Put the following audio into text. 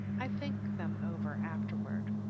i think them over afterward.